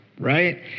right